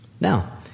Now